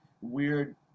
weird